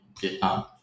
Vietnam